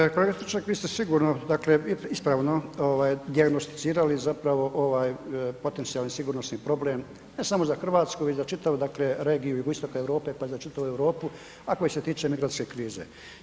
Dakle, kolega Stričak, vi ste sigurno, dakle, ispravno dijagnosticirali zapravo ovaj potencijalni sigurnosni problem, ne samo za RH, već za čitavu, dakle, regiju jugoistoka Europe, pa i za čitavu Europu, a koja se tiče migrantske krize.